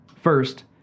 First